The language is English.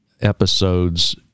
episodes